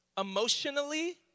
emotionally